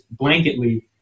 blanketly